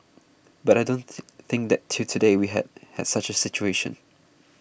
but I don't think that till today we have had such a situation